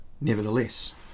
Nevertheless